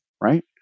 right